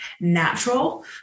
natural